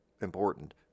important